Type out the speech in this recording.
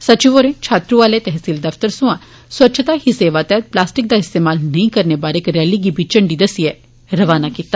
सचिव होरें छात्र् आले तहसील दफतरै सोयां स्वच्छता ही सेवा तैहत प्लास्टिक दा इस्तेमाल नेंई करने बारै इक रैली गी बी झंडी दस्सिए रवाना कीता